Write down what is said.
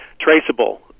traceable